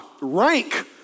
rank